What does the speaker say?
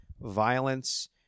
violence